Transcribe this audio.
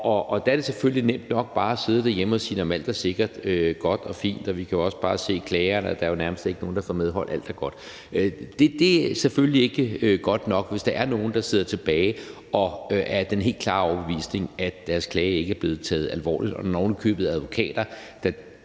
og der er det selvfølgelig nemt nok bare at sidde derhjemme og sige, at alt sikkert er godt og fint, og vi kan jo også bare se klagerne, altså at der nærmest ikke er nogen, der får medhold, og at alt er godt. Det er selvfølgelig ikke godt nok, hvis der er nogen, der sidder tilbage og er af den helt klare overbevisning, at deres klage ikke er blevet taget alvorligt. Og når der ovenikøbet er advokater, der